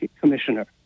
commissioner